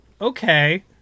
Okay